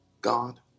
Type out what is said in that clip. God